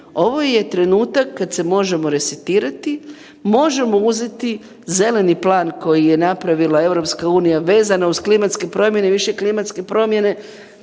Ovo je trenutak kad se možemo resetirati, možemo uzeti zeleni plan koji je napravila EU vezano uz klimatske promjene, više klimatske promjene